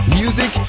music